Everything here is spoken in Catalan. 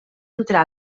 entrar